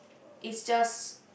is just